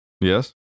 Yes